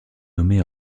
nommé